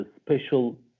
special